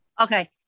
Okay